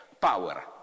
power